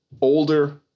older